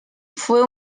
fue